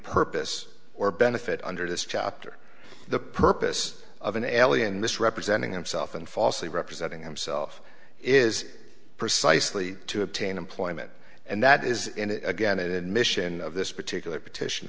purpose or benefit under this chapter the purpose of an alien misrepresenting himself and falsely representing himself is precisely to obtain employment and that is again an admission of this particular